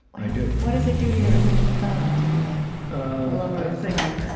i do what does it do to your image of god to be a lover of like